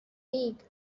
peak